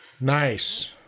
Nice